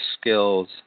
skills